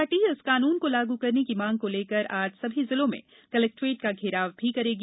party इस कानून को लागू करने की मांग को लेकर आज सभी जिलों में कलेक्ट्रेट का घेराव भी करेगी